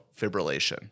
fibrillation